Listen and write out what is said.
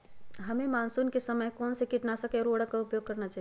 हमें मानसून के समय कौन से किटनाशक या उर्वरक का उपयोग करना चाहिए?